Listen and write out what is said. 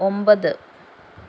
ഒമ്പത്